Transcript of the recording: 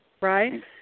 Right